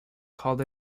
called